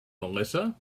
melissa